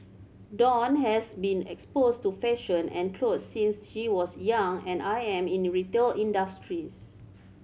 Dawn has been exposed to fashion and clothes since she was young and I am in retail industries